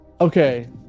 okay